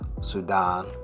Sudan